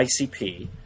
ICP